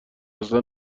اصلا